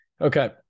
Okay